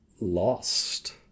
lost